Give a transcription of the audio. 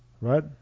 right